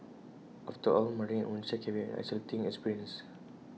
after all mothering on can be an isolating experience